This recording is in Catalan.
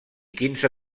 quinze